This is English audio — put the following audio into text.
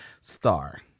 star